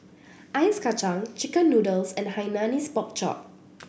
Ice Kacang chicken noodles and Hainanese Pork Chop